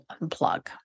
unplug